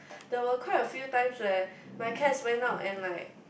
there were quite a few times where my cats went out and like